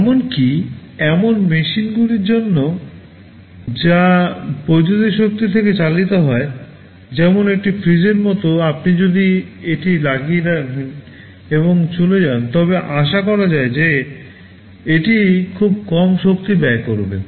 এমনকি এমন মেশিনগুলির জন্যও যা বৈদ্যুতিক শক্তি থেকে চালিত হয় যেমন একটি ফ্রিজের মতো আপনি যদি এটি লাগিয়ে রাখেন এবং চলে যান তবে আশা করা যায় যে এটি খুব কম শক্তি ব্যয় করবে